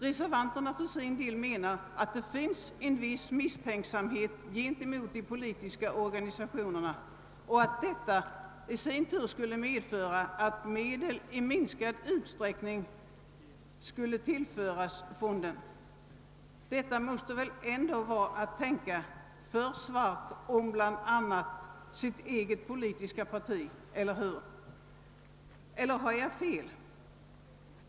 Reservanterna anser att det finns en viss misstänksamhet gentemot de politiska organisationerna och att detta i sin tur kunde medföra att medel i minskad utsträckning skulle tillföras fonden. Detta måste väl ändå vara att tänka för svart om bland annat det egna politiska partiet. Eller har jag fel?